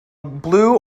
blue